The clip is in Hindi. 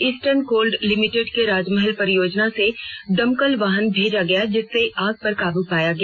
ईस्टर्न कोल लिमिटेड की राजमहल परियोजना से दमकल वाहन भेजा गया जिससे आग पर काबू पाया गया